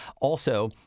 Also-